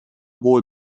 wohl